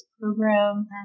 program